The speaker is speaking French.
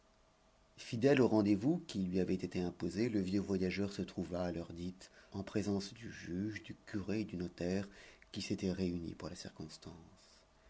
fidèle au rendez-vous qui lui avait été imposé le vieux voyageur se trouva à l'heure dite en présence du juge du curé et du notaire qui s'étaient réunis pour la circonstance